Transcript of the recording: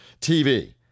TV